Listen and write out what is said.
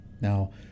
Now